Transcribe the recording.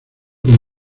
con